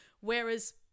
Whereas